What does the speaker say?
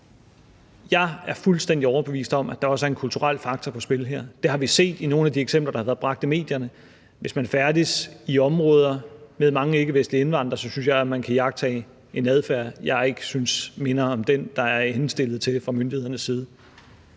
Jeg er fuldstændig overbevist om, at der også er en kulturel faktor på spil her. Det har vi set i nogle af de eksempler, der har været bragt i medierne. Hvis man færdes i områder med mange ikkevestlige indvandrere, synes jeg, at man kan iagttage en adfærd, jeg ikke synes minder om den, der er henstillet til fra myndighedernes side,